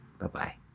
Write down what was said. Bye-bye